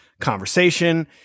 conversation –